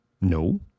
No